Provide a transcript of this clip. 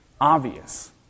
obvious